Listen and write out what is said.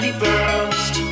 first